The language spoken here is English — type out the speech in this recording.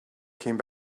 came